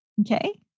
Okay